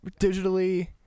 digitally